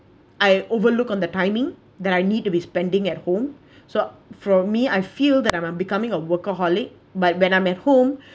I overlook on the timing that I need to be spending at home so for me I feel that um I'm becoming a workaholic but when I'm at home